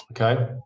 Okay